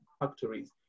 factories